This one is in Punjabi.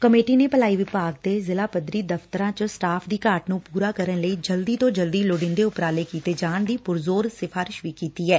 ਕਮੇਟੀ ਨੇ ਭਲਾਈ ਵਿਭਾਗ ਦੇ ਜ਼ਿਲਾ ਪੱਧਰੀ ਦਫ਼ਤਰਾਂ ਚ ਸਟਾਫ਼ ਦੀ ਘਾਟ ਨੇ ਪੁਰਾ ਕਰਨ ਲਈ ਜਲਦੀ ਤੋ ਜਲਦੀ ਲੋੜੀਦੇ ਉਪਰਾਲੇ ਕੀਤੇ ਜਾਣ ਦੀ ਪੁਰਜ਼ੋਰ ਸਿੱਫਾਰਿਸ਼ ਵੀ ਕੀਤੀ ਐ